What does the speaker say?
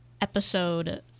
episode